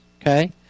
okay